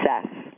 success